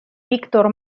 víctor